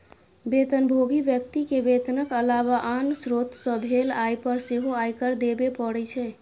वेतनभोगी व्यक्ति कें वेतनक अलावा आन स्रोत सं भेल आय पर सेहो आयकर देबे पड़ै छै